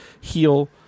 heal